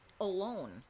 alone